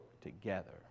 together